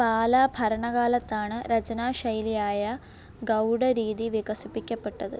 പാല ഭരണകാലത്താണ് രചനാശൈലിയായ ഗൗഡ രീതി വികസിപ്പിക്കപ്പെട്ടത്